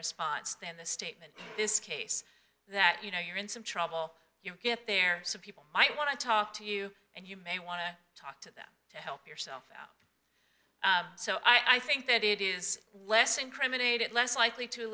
response than the statement this case that you know you're in some trouble you get there so people might want to talk to you and you may want to talk with them to help yourself out so i think that it is less incriminated less likely to